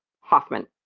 hoffman